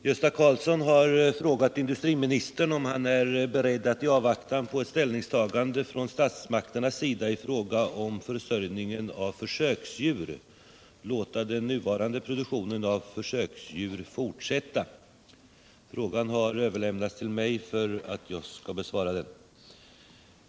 Herr talman! Gösta Karlsson har frågat industriministern om han är beredd att i avvaktan på ett ställningstagande från statsmakternas sida i fråga om försörjningen av försöksdjur låta den nuvarande produktionen av försöksdjur vid Åkers Krutbruk fortsätta. Frågan har överlämnats till mig för att jag skall besvara den.